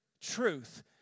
Truth